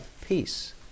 peace